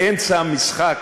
באמצע המשחק,